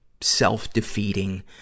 self-defeating